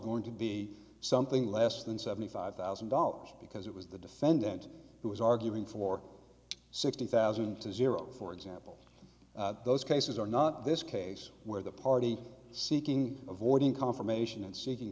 going to be something less than seventy five thousand dollars because it was the defendant who was arguing for sixty thousand to zero for example those cases are not this case where the party seeking avoiding confirmation and seeking